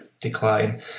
decline